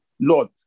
Lord